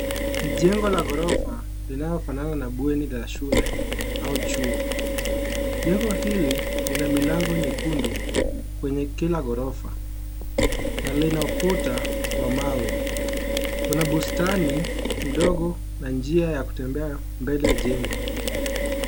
Jengo la ghorofa linalofanana na bweni la shule au chuo . Jengo hili nina milango nyekundu kwenye kila ghorofa na lina ukuta wa mawe, kuna bustani mdogo na njia ya kutembea mbele ya jengo.